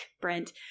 brent